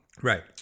Right